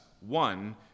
one